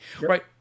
Right